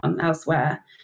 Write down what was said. elsewhere